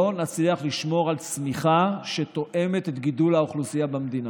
לא נצליח לשמור על צמיחה שתואמת את גידול האוכלוסייה במדינה.